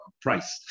price